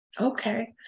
Okay